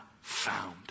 found